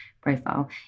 profile